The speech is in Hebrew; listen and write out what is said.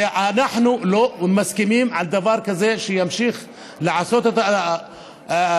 ואנחנו לא מסכימים לדבר כזה שימשיך לעשות את הדברים,